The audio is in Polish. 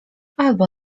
albo